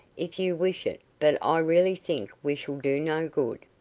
if you wish it but i really think we shall do no good.